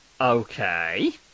Okay